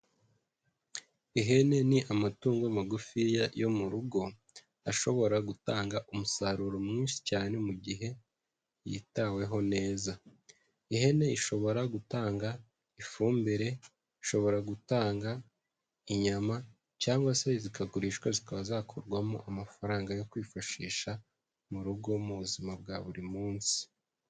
Ihene ni amatungo magufi yo mu rugo, ashobora gutanga umusaruro mwinshi cyane mu gihe yitaweho neza, ihene ishobora gutanga ifumbire, ishobora gutanga inyama cyangwa se zikagurishwa zikaba zakurwamo amafaranga yo kwifashisha mu rugo mu buzima bwa buri munsi.